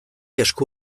esku